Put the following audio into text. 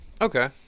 Okay